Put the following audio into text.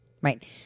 right